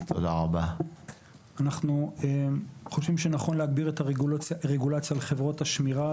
אנחנו חושבים שנכון להגביר את הרגולציה על חברות השמירה,